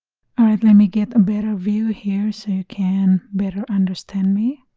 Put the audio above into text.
all right let me get a better view here so you can better understand me.